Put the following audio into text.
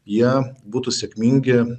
jie būtų sėkmingi